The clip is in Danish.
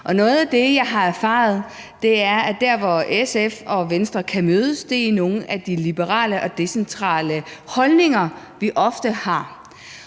noget af det, jeg har erfaret, er, at der, hvor SF og Venstre kan mødes, er i nogle af de liberale og decentrale holdninger, vi ofte har.